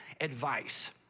advice